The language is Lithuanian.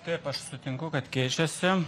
taip aš sutinku kad keičiasi